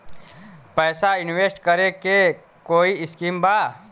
पैसा इंवेस्ट करे के कोई स्कीम बा?